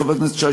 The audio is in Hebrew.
חבר הכנסת שי,